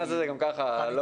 דיון